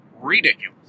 ridiculous